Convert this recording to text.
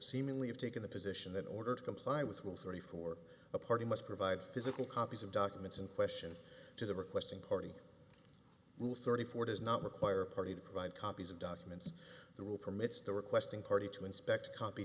seemingly have taken the position that order to comply with will thirty four a party must provide physical copies of documents in question to the requesting party rule thirty four does not require a party to provide copies of documents the rule permits the requesting party to inspect a copy